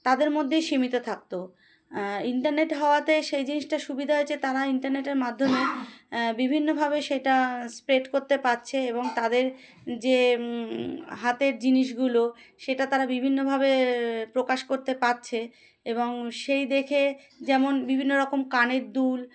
তাদের মধ্যেই সীমিত থাকতো ইন্টারনেট হওয়াতে সেই জিনিসটা সুবিধা হয়েছে তারা ইন্টারনেটের মাধ্যমে বিভিন্নভাবে সেটা স্প্রেড করতে পারছে এবং তাদের যে হাতের জিনিসগুলো সেটা তারা বিভিন্নভাবে প্রকাশ করতে পারছে এবং সেই দেখে যেমন বিভিন্ন রকম কানের দুল